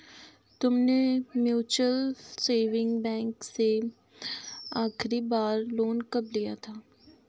तुमने mutual saving bank से आखरी बार लोन कब लिया था?